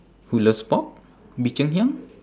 who loves pork bee cheng hiang